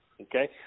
okay